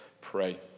pray